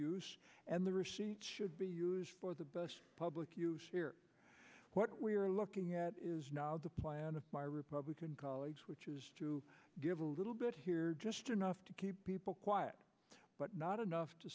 use and the rich should be used for the public use here what we're looking at is now the plan of my republican colleagues which is to give a little bit here just enough to keep people quiet but not enough to